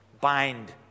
bind